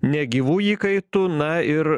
negyvų įkaitų na ir